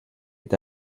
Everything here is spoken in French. est